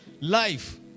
life